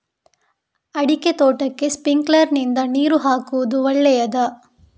ಅಡಿಕೆ ತೋಟಕ್ಕೆ ಸ್ಪ್ರಿಂಕ್ಲರ್ ನಿಂದ ನೀರು ಹಾಕುವುದು ಒಳ್ಳೆಯದ?